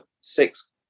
six